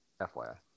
FYI